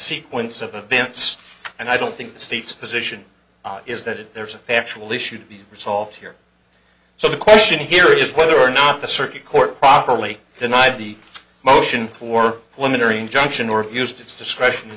sequence of events and i don't think the state's position is that there's a factual issue to be resolved here so the question here is whether or not the circuit court properly denied the motion for women or injunction or abused its discretion